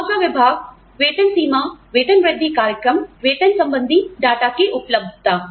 मुआवजा विभाग वेतन सीमा वेतन वृद्धि कार्यक्रम वेतन संबंधी डेटा की उपलब्धता